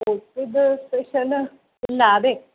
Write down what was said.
ಉಡುಪಿದು special ಎಲ್ಲ ಅದೇ